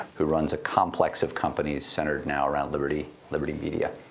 who runs a complex of companies centered now around liberty liberty media.